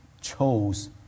chose